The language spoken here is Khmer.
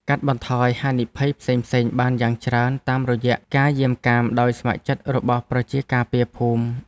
កាត់បន្ថយហានិភ័យផ្សេងៗបានយ៉ាងច្រើនតាមរយៈការយាមកាមដោយស្ម័គ្រចិត្តរបស់ប្រជាការពារភូមិ។